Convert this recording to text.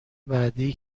بعدی